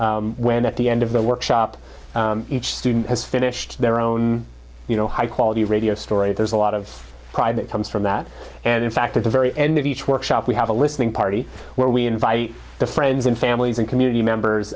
accomplishment when at the end of the workshop each student has finished their own you know high quality radio story there's a lot of pride that comes from that and in fact at the very end of each workshop we have a listening party where we invite the friends and families and community members